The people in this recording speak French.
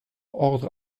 ordre